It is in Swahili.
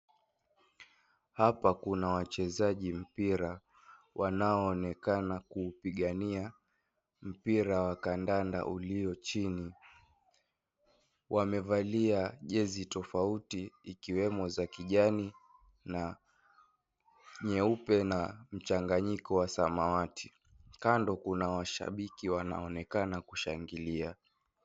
Hapa kuna wacheaji mpira wanaoonekana kupigania mpira wa kandanda ulio chini. Wamevalia jezi tofauti ikiwemo za kijani na nyeupe na mchanganyiko wa samawati. Kando, kuna mashabiki wanaoonekana kushangilia.